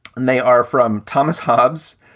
and they are from thomas hobbs,